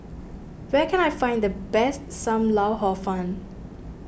where can I find the best Sam Lau Hor Fun